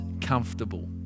comfortable